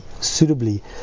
suitably